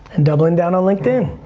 and doubling down on linkedin!